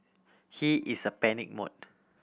he is a panic mode